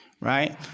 right